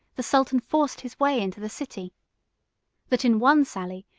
the sultan forced his way into the city that in one sally,